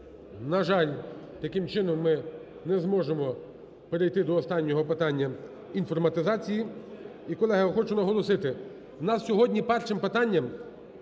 На жаль, таким чином ми не зможемо перейти до останнього питання інформатизації. І, колеги, я хочу наголосити, у нас сьогодні першим питанням